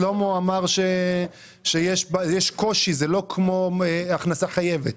שלמה אוחיון אמר שיש קושי, זה לא כמו הכנסה חייבת.